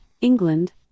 England